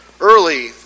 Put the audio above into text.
early